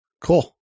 Cool